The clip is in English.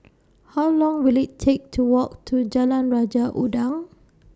How Long Will IT Take to Walk to Jalan Raja Udang